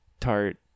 tart